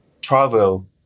travel